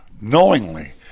knowingly